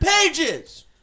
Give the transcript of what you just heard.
pages